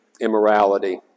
immorality